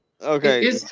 Okay